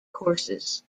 courses